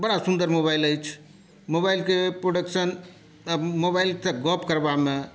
बड़ा सुन्दर मोबाइल अछि मोबाइलके प्रोडक्शन आ मोबाइलके गप्प करबामे